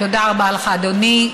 תודה רבה לך, אדוני.